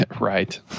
Right